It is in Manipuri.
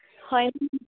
ꯍꯣꯏ